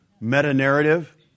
meta-narrative